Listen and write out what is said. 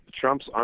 Trump's